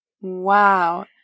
Wow